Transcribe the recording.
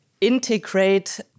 integrate